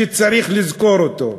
שצריך לזכור אותו.